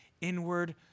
inward